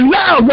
now